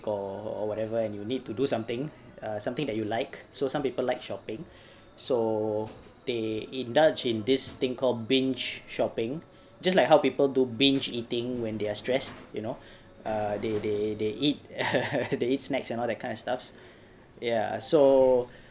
or whatever and you need to do something err something that you like so some people like shopping so they indulge in this thing called binge shopping just like how people do binge eating when they are stressed you know uh they they they eat they eat snacks and all that kind of stuff ya so